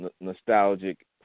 nostalgic